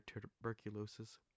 tuberculosis